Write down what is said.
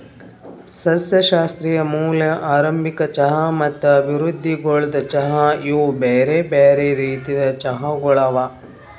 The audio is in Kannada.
ಸಸ್ಯಶಾಸ್ತ್ರೀಯ ಮೂಲ, ಆರಂಭಿಕ ಚಹಾ ಮತ್ತ ಅಭಿವೃದ್ಧಿಗೊಳ್ದ ಚಹಾ ಇವು ಬ್ಯಾರೆ ಬ್ಯಾರೆ ರೀತಿದ್ ಚಹಾಗೊಳ್ ಅವಾ